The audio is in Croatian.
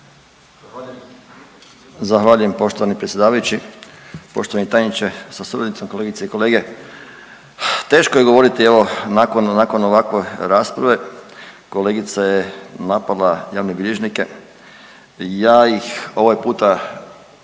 Zahvaljujem poštovani predsjedavajući. Poštovani tajniče sa suradnicom, kolegice i kolege, teško je govoriti evo nakon, nakon ovakve rasprave kolegica je napala javne bilježnike. Ja ih ovaj puta